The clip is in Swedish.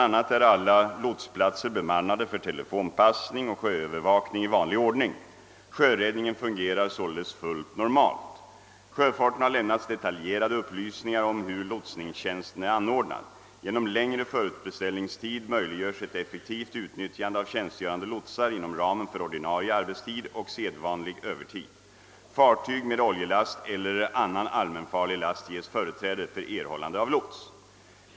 a. är alla lotsplatser bemannade för telefonpassning och sjöövervakning i vanlig ordning. Sjöräddningen fungerar således fullt normalt. Sjöfarten har lämnats detaljerade upplyssningar om hur lotsningstjänsten är anordnad. Genom längre förutbeställningstid möjliggörs ett effektivt utnyttjande av tjänstgörande lotsar inom ramen för ordinarie arbetstid och sedvanlig övertid. Fartyg med oljelast eller annan allmänfarlig last ges företräde för erhållande av lots.